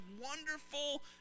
wonderful